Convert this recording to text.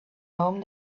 home